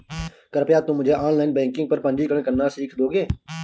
कृपया तुम मुझे ऑनलाइन बैंकिंग पर पंजीकरण करना सीख दोगे?